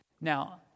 Now